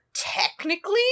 technically